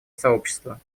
сообщества